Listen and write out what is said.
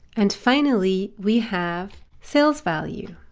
and finally we have sales value.